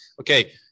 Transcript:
Okay